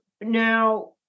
now